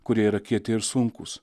kurie yra kieti ir sunkūs